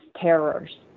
terrors